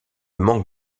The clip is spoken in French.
manque